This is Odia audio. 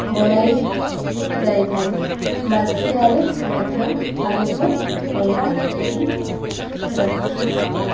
ବନାଇ ଯାଇଥାଏ ମାଠିଆରେ ମଧ୍ୟ ପାଣିକୁ ଥଣ୍ଡା କରି ରଖିଥାଉଁ